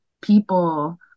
people